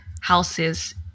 houses